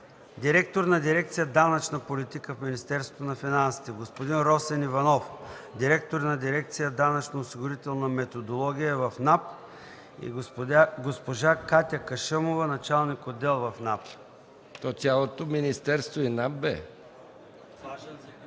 директор на дирекция „Данъчна политика” в Министерството на финансите, господин Росен Иванов – директор на дирекция „Данъчно-осигурителна методология” в НАП, и госпожа Катя Кашъмова – началник отдел в НАП. ПРЕДСЕДАТЕЛ МИХАИЛ